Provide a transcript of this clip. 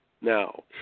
Now